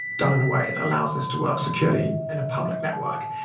done in a way that allows this to work securely in a public network.